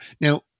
Now